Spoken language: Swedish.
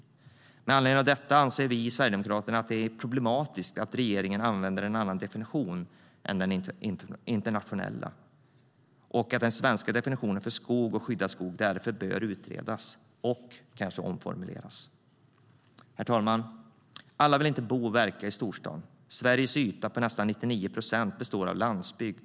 Herr talman! Alla vill inte bo och verka i storstaden. Nästan 99 procent av Sveriges yta består av landsbygd.